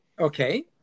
Okay